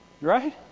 Right